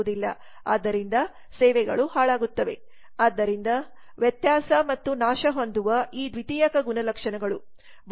ಆದ್ದರಿಂದ ಸೇವೆಗಳು ಹಾಳಾಗುತ್ತವೆ ಆದ್ದರಿಂದ ವ್ಯತ್ಯಾಸ ಮತ್ತು ನಾಶ ಹೊಂದುವ ಈ ದ್ವಿತೀಯಕ ಗುಣಲಕ್ಷಣಗಳು